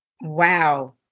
Wow